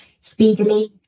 speedily